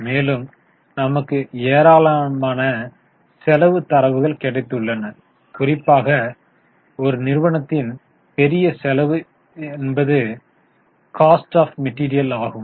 மேலும் நமக்கு ஏராளமான செலவு தரவுகள் கிடைத்துள்ளன குறிப்பாக ஒரு நிறுவனத்தின் பெரிய செலவு என்பது காஸ்ட் ஆப் மெட்டீரியல் ஆகும்